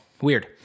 weird